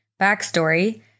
Backstory